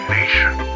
Nation